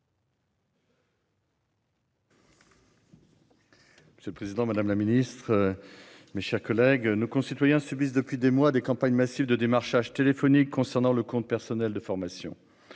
C'est le président, madame la ministre. Mes chers collègues, nos concitoyens subissent depuis des mois des campagnes massives de démarchage téléphonique concernant le compte personnel de formation.